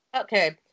okay